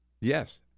Yes